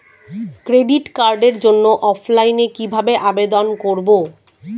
Credit কার্ডের জন্য অফলাইনে কিভাবে আবেদন করব?